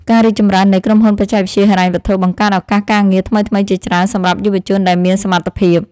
ការរីកចម្រើននៃក្រុមហ៊ុនបច្ចេកវិទ្យាហិរញ្ញវត្ថុបង្កើតឱកាសការងារថ្មីៗជាច្រើនសម្រាប់យុវជនដែលមានសមត្ថភាព។